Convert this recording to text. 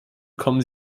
kommen